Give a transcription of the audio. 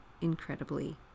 incredibly